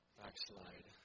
backslide